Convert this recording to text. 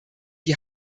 die